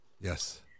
Yes